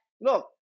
Look